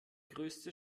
größte